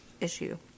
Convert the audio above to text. issue